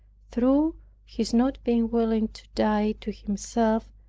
through his not being willing to die to himself,